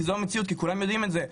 כי זו המציאות וכולם יודעים את זה.